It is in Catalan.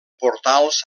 portals